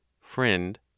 Friend